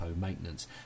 maintenance